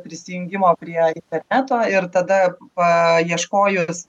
prisijungimo prie interneto ir tada paieškojus